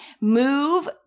move